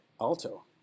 alto